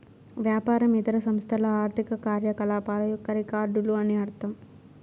వ్యాపారం ఇతర సంస్థల ఆర్థిక కార్యకలాపాల యొక్క రికార్డులు అని అర్థం